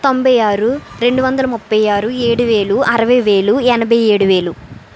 తొంభై ఆరు రెండు వందల ముప్పై ఆరు ఏడు వేలు అరవై వేలు ఎనభై ఏడు వేలు